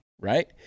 right